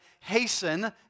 hasten